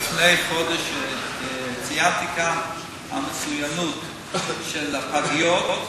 לפני חודש ציינתי כאן את המצוינות של הפגיות.